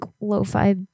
lo-fi